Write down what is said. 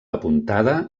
apuntada